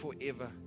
forever